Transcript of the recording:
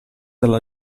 alla